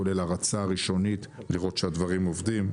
כולל הרצה ראשונית לראות שהדברים עובדים,